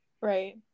right